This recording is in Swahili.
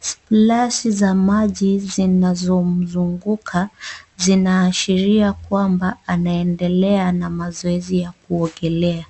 Splashi za maji zinazomzunguka zinaasharia kwamba anaendelea na mazoezi ya kuogelea.